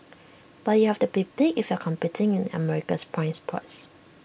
but you have to big be if you're competing in America's prime spots